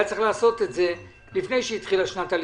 היה צריך לעשות את זה לפני שהתחילה שנת הלימודים.